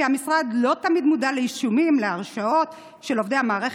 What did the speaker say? כי המשרד לא תמיד מודע לאישומים או להרשעות של עובדים במערכת,